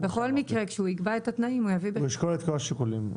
בכל מקרה כשהוא יקבע את התנאים -- הוא ישקול את כל השיקולים.